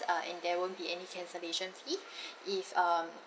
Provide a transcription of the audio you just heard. uh and there won't be any cancellation fee if um